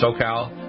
SoCal